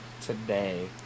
today